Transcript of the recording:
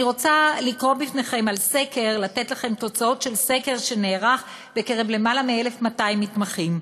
אני רוצה לתת לכם תוצאות של סקר שנערך בקרב למעלה מ-1,200 מתמחים.